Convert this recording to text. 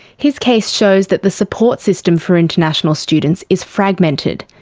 his case shows that the support system for international students is fragmented,